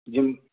jim